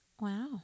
Wow